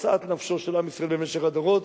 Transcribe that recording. משאת נפשו של עם ישראל במשך הדורות,